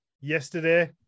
yesterday